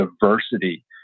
diversity